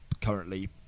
currently